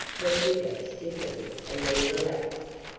her figure stiffened and then relaxed.